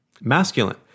masculine